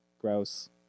gross